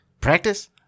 Practice